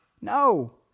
No